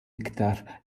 iktar